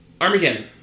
Armageddon